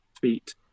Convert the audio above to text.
feet